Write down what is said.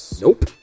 Nope